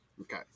Okay